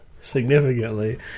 significantly